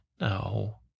No